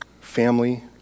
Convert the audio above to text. family